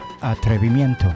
Atrevimiento